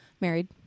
Married